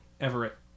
Everett